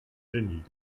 genie